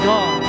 God